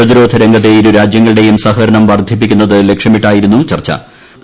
പ്രതിരോധ രംഗത്തെ ഇരു രാജ്യങ്ങളുടെയും സഹകരണം വർധിപ്പിക്കുന്നത് ലൂക്ഷ്യമിട്ടായിരുന്നു ചർച്ചു